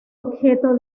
objeto